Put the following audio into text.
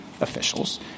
officials